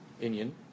Indian